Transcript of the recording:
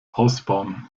ausbauen